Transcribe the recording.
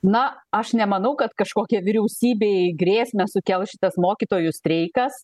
na aš nemanau kad kažkokią vyriausybei grėsmę sukels šitas mokytojų streikas